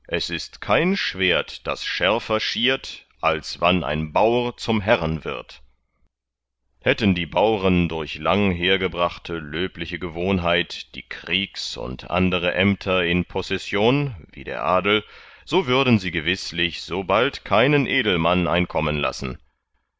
es ist kein schwert das schärfer schiert als wann ein baur zum herren wird hätten die bauren durch langhergebrachte löbliche gewohnheit die kriegs und andere ämter in possession wie der adel so würden sie gewißlich so bald keinen edelmann einkommen lassen